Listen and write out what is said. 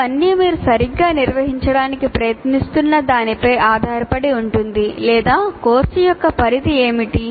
ఇవన్నీ మీరు సరిగ్గా నిర్వహించడానికి ప్రయత్నిస్తున్న దానిపై ఆధారపడి ఉంటుంది లేదా కోర్సు యొక్క పరిధి ఏమిటి